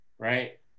right